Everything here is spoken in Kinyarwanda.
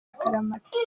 akaramata